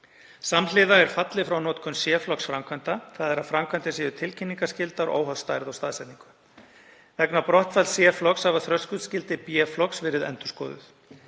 Samhliða er fallið frá notkun C-flokks framkvæmda, þ.e. að framkvæmdir séu tilkynningarskyldar óháð stærð og staðsetningu. Vegna brottfalls C-flokks hafa þröskuldsgildi B-flokks verið endurskoðuð.